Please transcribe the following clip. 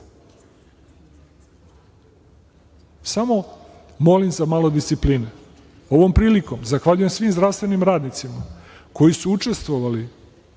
Samo molim za malo discipline. Ovom prilikom zahvaljujem svim zdravstvenim radnicima koji su učestvovali